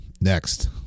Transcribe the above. Next